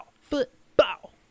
Football